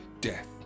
death